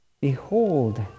Behold